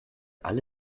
alle